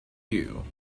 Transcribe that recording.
you